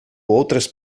outras